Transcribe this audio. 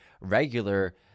regular